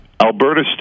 Alberta